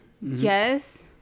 Yes